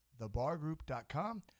thebargroup.com